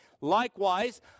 Likewise